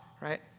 right